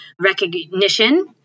recognition